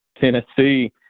Tennessee